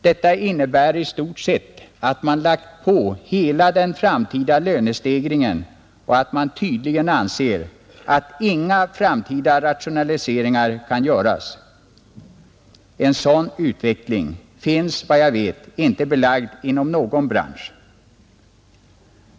Detta innebär i stort sett att man lagt på hela den framtida lönestegringen och att man tydligen anser att inga framtida rationaliseringar kan göras. En sådan utveckling finns, såvitt jag vet, inte belagd inom någon bransch.